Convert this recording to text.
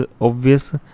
obvious